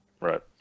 Right